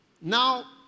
Now